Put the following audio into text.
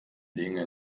dinge